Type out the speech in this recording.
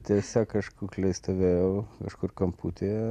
tiesiog aš kukliai stovėjau kažkur kamputyje